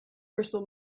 crystal